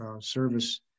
service